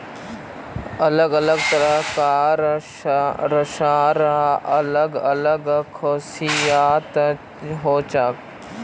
अलग अलग तरह कार रेशार अलग अलग खासियत हछेक